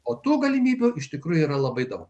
o tų galimybių iš tikrųjų yra labai daug